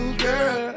girl